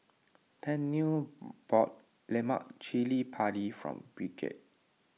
Tennille bought Lemak Cili Padi for Bridgette